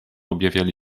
objawiali